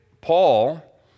Paul